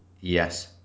Yes